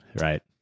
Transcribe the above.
right